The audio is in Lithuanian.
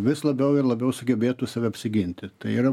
vis labiau ir labiau sugebėtų save apsiginti tai yra